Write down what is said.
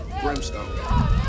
brimstone